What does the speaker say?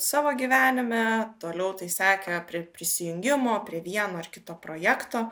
savo gyvenime toliau tai sekė prie prisijungimo prie vieno ar kito projekto